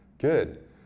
Good